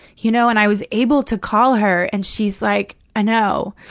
you know and i was able to call her and she's like, i know.